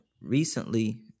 Recently